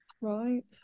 right